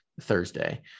Thursday